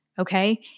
Okay